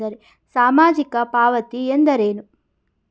ಸಾಮಾಜಿಕ ಪಾವತಿ ಎಂದರೇನು?